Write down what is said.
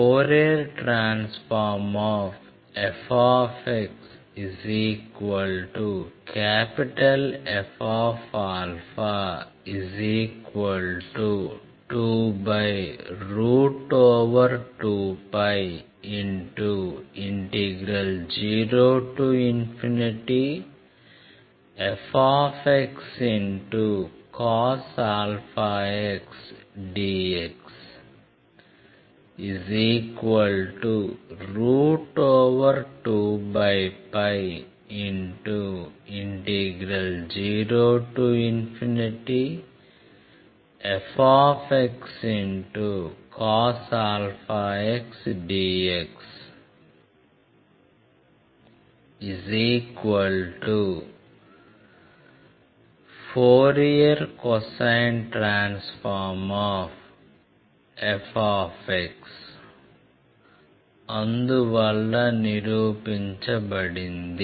∴FfxF22π0fxcos αx dx20fxcos αx dx Fcfx అందువల్ల నిరూపించబడింది